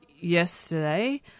yesterday